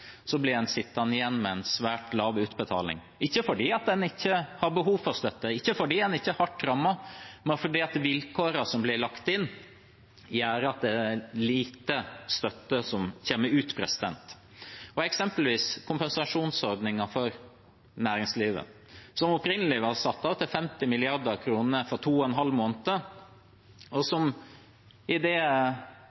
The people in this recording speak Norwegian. en sittende igjen med en svært lav utbetaling – ikke fordi en ikke hadde behov for støtte, ikke fordi en ikke var hardt rammet, men fordi vilkårene som ble lagt inn, gjorde at det var lite støtte som kom ut. Et eksempel er kompensasjonsordningen for næringslivet, der det opprinnelig var satt av 50 mrd. kr for to og en halv måned, og